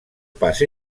pas